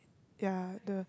ya the